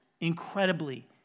incredibly